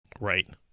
Right